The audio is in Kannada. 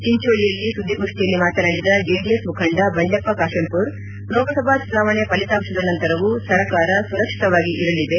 ಚಿಂಚೋಳಿಯಲ್ಲಿ ಸುದ್ದಿಗೋಷ್ಠಿಯಲ್ಲಿ ಮಾತನಾಡಿದ ಜೆಡಿಎಸ್ ಮುಖಂಡ ಬಂಡೆಪ್ಪ ಕಾಶಂಪೂರಲೋಕಸಭಾ ಚುನಾವಣೆ ಫಲಿತಾಂಶದ ನಂತರವೂ ಸರ್ಕಾರ ಸುರಕ್ಷಿತವಾಗಿ ಇರಲಿದೆ